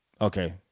okay